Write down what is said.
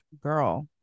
girl